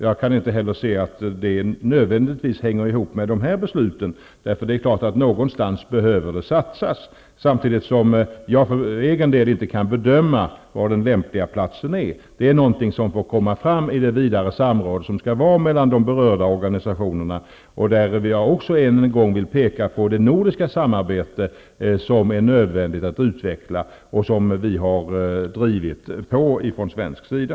Jag kan inte heller se att det nödvändigtvis hänger ihop med dessa beslut. Någonstans behöver det satsas. Samtidigt kan jag för egen del inte bedöma var den lämpliga platsen är. Det får komma fram i det vidare samråd som skall ske mellan berörda organisationer. Jag vill i detta sammanhang än en gång peka på det nordiska samarbete som är nödvändigt att utveckla och som vi har drivit på från svensk sida.